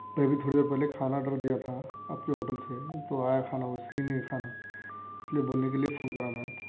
میں ابھی تھوڑی دیر پہلے کھانا آڈر دیا تھا آپ کے ہوٹل سے تو آیا کھانا وہ صحیح نہیں کھانا اس لیے بولنے کے لیے فون کرا تھا آپ کو